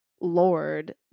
lord